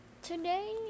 today